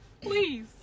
Please